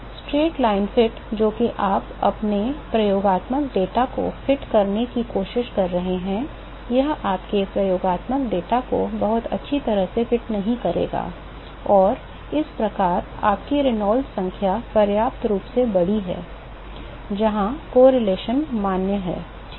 सीधी रेखा फिट जोकि आप अपने प्रयोगात्मक डेटा को फिट करने की कोशिश कर रहे हैं यह आपके प्रयोगात्मक डेटा को बहुत अच्छी तरह से फिट नहीं करेगा और इस प्रकार आपकी रेनॉल्ड्स संख्या पर्याप्त रूप से बड़ी है जहां सहसंबंध मान्य है ठीक है